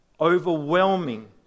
overwhelming